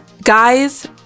guys